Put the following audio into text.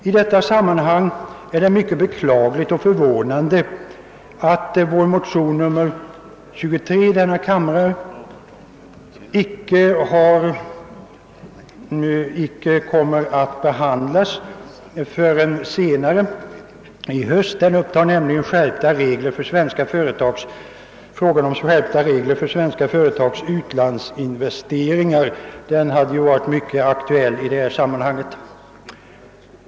I detta sammanhang är det mycket beklagligt och förvånande att vår motion nr 23 i denna kammare inte kommer att behandlas förrän i höst. Den tar upp frågan om skärpta regler för svenska företags utlandsinvesteringar; den hade varit mycket aktuell i detta sammanhang.